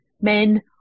men